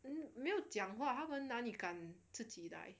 嗯没有讲话他们那里敢自己来